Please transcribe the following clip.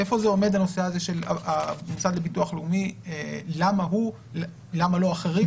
איפה עומד הנושא הזה של המוסד לביטוח לאומי ולמה הוא ולא אחרים?